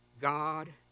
God